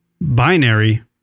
binary